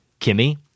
Kimmy